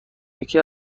یکی